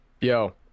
Yo